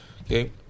okay